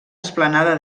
esplanada